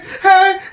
hey